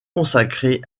consacrés